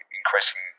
increasing